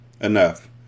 enough